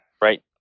Right